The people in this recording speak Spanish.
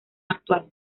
actual